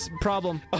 problem